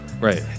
right